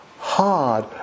Hard